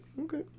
okay